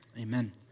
amen